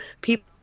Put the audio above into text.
people